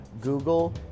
Google